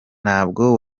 ntabwo